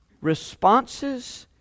responses